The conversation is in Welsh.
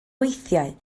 weithiau